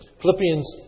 Philippians